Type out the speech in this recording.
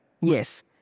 Yes